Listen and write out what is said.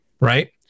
Right